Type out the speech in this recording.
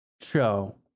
show